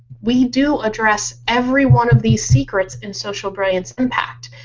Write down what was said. we do address every one of these secrets in social brilliance impact!